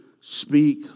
speak